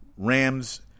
Rams